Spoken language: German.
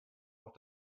auch